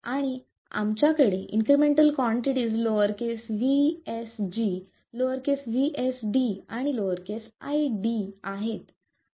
आणि आमच्याकडे incremental quantities lower case V SG lowercase V SD आणि लोअरकेस I D आहेत